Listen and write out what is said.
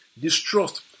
Distrust